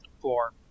Four